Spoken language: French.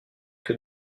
que